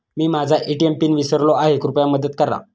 मी माझा ATM PIN विसरलो आहे, कृपया मदत करा